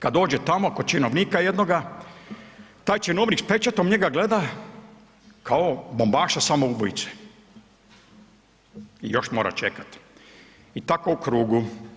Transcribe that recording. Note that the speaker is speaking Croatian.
Kad dođe tamo kod činovnika jednoga, taj činovnik s pečatom njega gleda kao bombaša samoubojice i još mora čekat i tako u krugu.